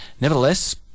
Nevertheless